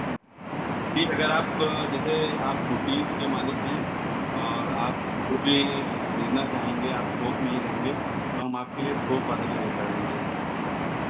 ठीक अगर आप जैसे आप बुटीक के मालिक हैं और आप जो भी खरीदना चाहेंगे आप थोक में ही लेंगे तो हम आपके लिए थोक वाला ही रेट लगाऍंगे